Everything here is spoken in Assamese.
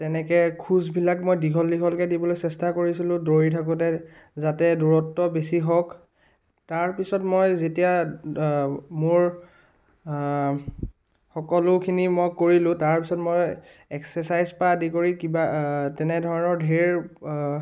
তেনেকৈ খোজবিলাক মই দীঘল দীঘলকৈ দিবলৈ চেষ্টা কৰিছিলোঁ দৌৰি থাকোঁতে যাতে দূৰত্ব বেছি হওক তাৰপিছত মই যেতিয়া মোৰ সকলোখিনি মই কৰিলোঁ তাৰপিছত মই এক্সেছাইজপা আদি কৰি কিবা তেনেধৰণৰ ধেৰ